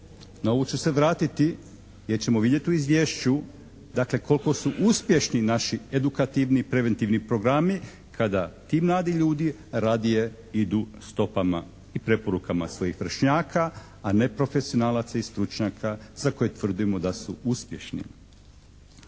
Na ovo ću se vratiti jer ćemo vidjeti u izvješću dakle koliko su uspješni naši edukativni i preventivni programi kada ti mladi ljudi radije idu stopama i preporukama svojih vršnjaka, a ne profesionalaca i stručnjaka za koje tvrdimo da su uspješni.